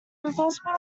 impossible